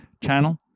channel